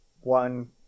one